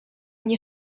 nie